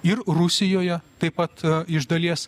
ir rusijoje taip pat iš dalies